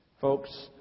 Folks